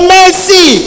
mercy